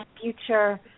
future